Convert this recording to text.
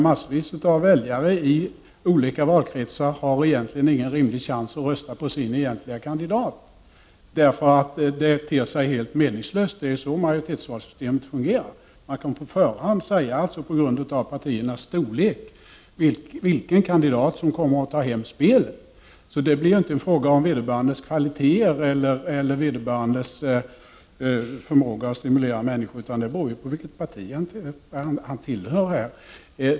Massvis av väljare i olika valkretsar har då ingen rimlig chans att rösta på sin kandidat, därför att det ter sig helt meningslöst. Det är så majoritetsvalsystemet fungerar. Man kan på förhand, på grundval av partiernas storlek, säga vilken kandidat som kommer att ta hem spelet. Det blir då inte en fråga om vederbörandes kvaliteter eller förmåga att stimulera människor, utan om vilket parti vederbörande tillhör.